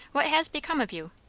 what has become of you?